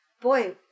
boy